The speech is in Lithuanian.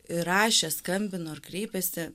ir rašė skambino ir kreipėsi